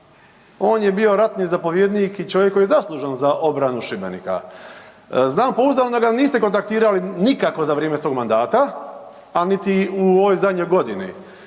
on je bio ratni zapovjednik i čovjek koji je zaslužan za obranu Šibenika. Znam pouzdano da ga niste kontaktirali nikako za vrijeme svog mandata, a niti u ovoj zadnjoj godini.